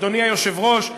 אדוני היושב-ראש,